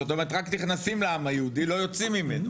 זאת אומרת שרק נכנסים לעם היהודי ולא יוצאים ממנו